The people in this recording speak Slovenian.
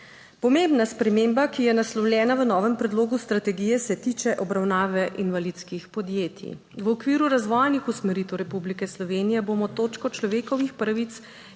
Pomembna sprememba, ki je naslovljena v novem predlogu strategije se tiče obravnave invalidskih podjetij. V okviru razvojnih usmeritev Republike Slovenije bomo točko človekovih pravic in